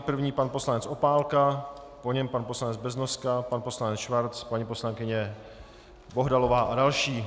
První pan poslanec Opálka, po něm pan poslanec Beznoska, pan poslanec Schwarz, paní poslankyně Bohdalová a další.